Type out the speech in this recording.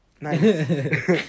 Nice